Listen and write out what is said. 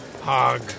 hog